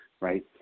right